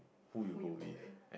who you go with